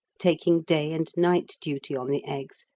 taking day and night duty on the eggs,